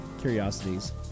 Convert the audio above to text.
curiosities